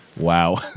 Wow